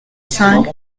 cinq